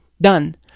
done